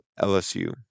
LSU